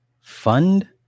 fund